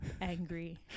angry